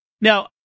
Now